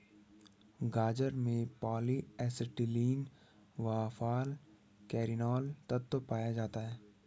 गाजर में polyacetylene व फालकैरिनोल तत्व पाया जाता है